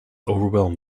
overwhelmed